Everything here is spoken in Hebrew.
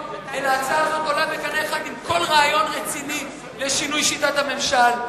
אלא ההצעה הזאת עולה בקנה אחד עם כל רעיון רציני לשינוי שיטת הממשל.